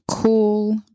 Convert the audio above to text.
cool